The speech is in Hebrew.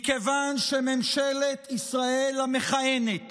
מכיוון שממשלת ישראל המכהנת